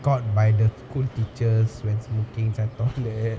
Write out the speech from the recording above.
caught by the school teachers when smoking inside toilet